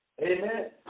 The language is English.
Amen